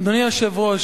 אדוני היושב-ראש,